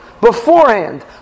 beforehand